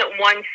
one